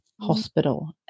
hospital